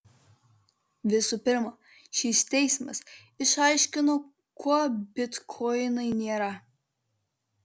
visų pirma šis teismas išaiškino kuo bitkoinai nėra